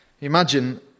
Imagine